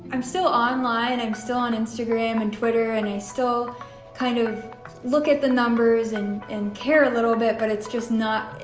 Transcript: i'm still online, i'm still on instagram and twitter and i still kind of look at the numbers and and care a little bit, but it's just not,